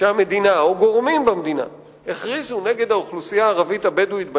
שהמדינה או גורמים במדינה הכריזו נגד האוכלוסייה הערבית-הבדואית בנגב,